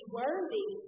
worthy